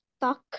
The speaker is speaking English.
talk